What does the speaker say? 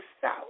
South